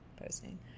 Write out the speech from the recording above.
posting